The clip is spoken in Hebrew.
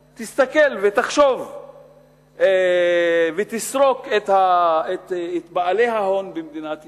תסתכל, תחשוב ותסרוק את בעלי ההון במדינת ישראל,